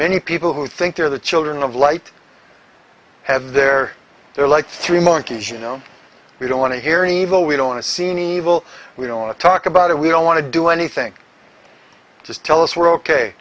many people who think they're the children of light have they're they're like three monkeys you know we don't want to hear evil we don't want to see any will we don't want to talk about it we don't want to do anything just tell us we're ok